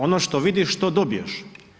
Ono što vidiš, to dobiješ.